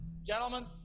Gentlemen